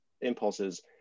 impulses